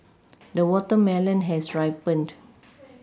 the watermelon has ripened